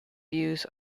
views